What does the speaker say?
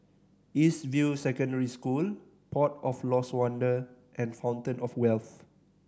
East View Secondary School Port of Lost Wonder and Fountain Of Wealth